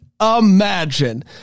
imagine